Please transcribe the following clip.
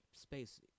space